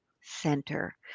center